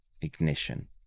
ignition